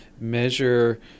measure